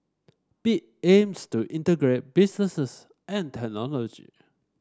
bit aims to integrate businesses and technology